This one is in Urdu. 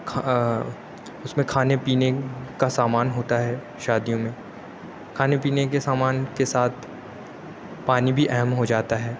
کھا اُس میں کھانے پینے کا سامان ہوتا ہے شادیوں میں کھانے پینے کے سامان کے ساتھ پانی بھی اہم ہو جاتا ہے